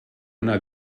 una